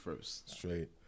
Straight